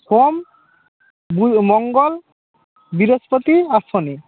সোম মঙ্গল বৃহস্পতি আর শনি